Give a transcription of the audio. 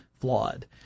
flawed